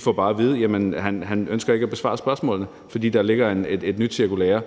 får vi bare at vide, at han ikke ønsker at besvare spørgsmålene, fordi der ligger et nyt cirkulære.